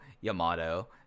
Yamato